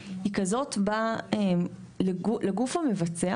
היא כזאת שבה לגוף המבצע,